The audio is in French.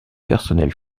personnels